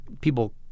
people